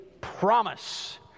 promise